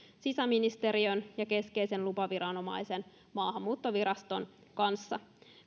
sisäministeriön ja keskeisen lupaviranomaisen maahanmuuttoviraston kanssa